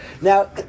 Now